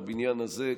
בבניין הזה,